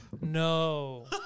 no